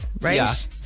right